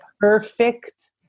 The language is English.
perfect